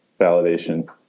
validation